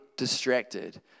distracted